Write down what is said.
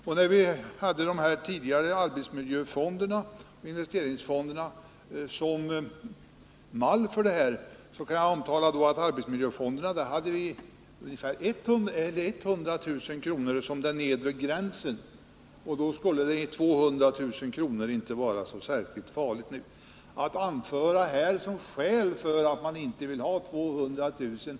Vi har haft de tidigare arbetsmiljöfonderna och investeringsfonderna som mall, och jag kan tala om att den nedre gränsen vad gäller arbetsmiljöfonderna var 100000 kr. Alltså skulle 200 000 kr. nu inte vara särskilt farligt. Att som skäl för att man inte vill ha gränsen vid 200 000 kr.